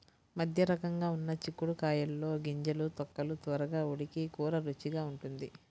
మధ్యరకంగా ఉన్న చిక్కుడు కాయల్లో గింజలు, తొక్కలు త్వరగా ఉడికి కూర రుచిగా ఉంటుంది